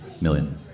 million